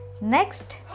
Next